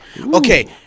Okay